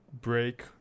break